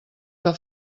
que